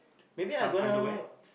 maybe I gonna